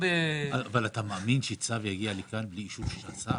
אתה מאמין שהצו יגיע לכאן בלי אישור של השר?